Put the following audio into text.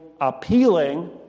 appealing